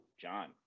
John